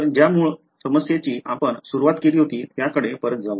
तर ज्या मूळ समस्येची आपण सुरुवात केली होती त्याकडे परत जाऊ